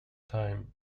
time